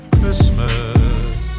Christmas